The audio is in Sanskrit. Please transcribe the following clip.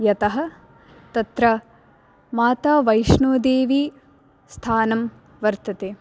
यतः तत्र मातावैष्णोदेवीस्थानं वर्तते